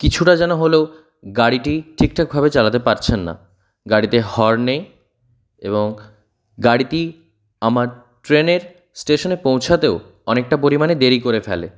কিছুটা যেন হলেও গাড়িটি ঠিকঠাকভাবে চালাতে পারছেন না গাড়িতে হর্ন নেই এবং গাড়িটি আমার ট্রেনের স্টেশনে পৌঁছাতেও অনেকটা পরিমাণে দেরি করে ফেলে